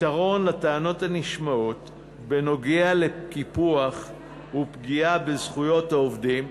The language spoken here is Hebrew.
הפתרון לטענות הנשמעות בדבר קיפוח ופגיעה בזכויות העובדים,